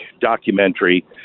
documentary